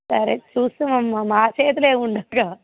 సరే చూశావమ్మా మా చేతిలో ఎం ఉన్నట్టుగా